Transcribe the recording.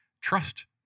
trust